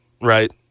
Right